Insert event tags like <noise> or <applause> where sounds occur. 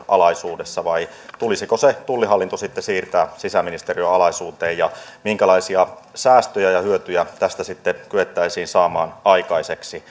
alaisuudessa vai tulisiko tullihallinto sitten siirtää sisäministeriön alaisuuteen ja minkälaisia säästöjä ja hyötyjä tästä sitten kyettäisiin saamaan aikaiseksi <unintelligible>